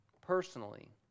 personally